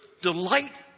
Delight